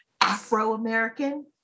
Afro-American